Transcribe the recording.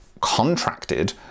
contracted